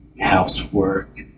Housework